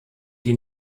die